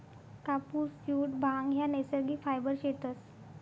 कापुस, जुट, भांग ह्या नैसर्गिक फायबर शेतस